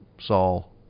Saul